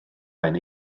ben